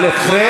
אבל אחרי.